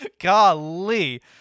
golly